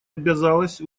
обязалась